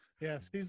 yes